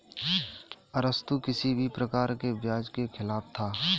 अरस्तु किसी भी प्रकार के ब्याज के खिलाफ था